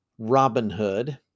Robinhood